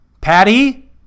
Patty